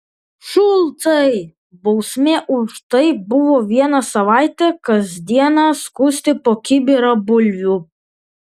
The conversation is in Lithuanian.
šulcai bausmė už tai buvo vieną savaitę kas dieną skusti po kibirą bulvių